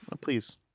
Please